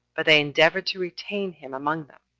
but they endeavored to retain him among them,